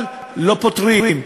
אבל לא פותרים.